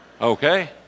Okay